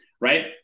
right